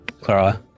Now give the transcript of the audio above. Clara